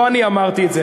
לא אני אמרתי את זה.